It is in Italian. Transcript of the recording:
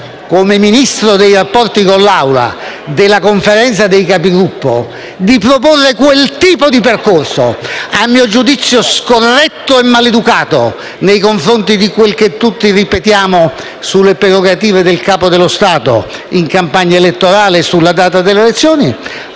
come ministro dei rapporti con l'Assemblea della Conferenza dei Capigruppo, di proporre quel tipo di percorso, a mio giudizio scorretto e maleducato nei confronti di quello che tutti ripetiamo sulle prerogative del Capo dello Stato in campagna elettorale e sulla data delle elezioni,